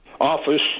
office